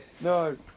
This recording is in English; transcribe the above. No